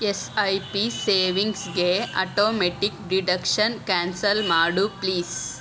S I P ಸೇವಿಂಗ್ಸ್ಗೆ automatic deduction cancel ಮಾಡು please